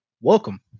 welcome